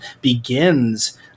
begins